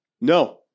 no